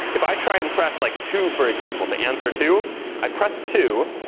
if i try and press like two, for example, to answer two i press two,